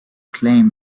claimed